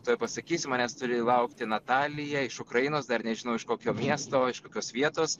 tuoj pasakysiu manęs turi laukti natalija iš ukrainos dar nežinau iš kokio miesto iš kokios vietos